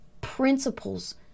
principles